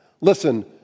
Listen